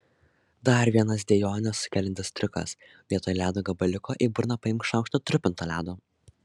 dar vienas dejones sukeliantis triukas vietoj ledo gabaliuko į burną paimk šaukštą trupinto ledo